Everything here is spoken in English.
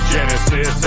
Genesis